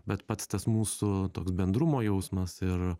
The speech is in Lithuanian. bet pats tas mūsų toks bendrumo jausmas ir